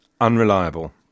unreliable